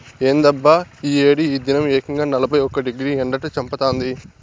ఏందబ్బా ఈ ఏడి ఈ దినం ఏకంగా నలభై ఒక్క డిగ్రీ ఎండట చంపతాంది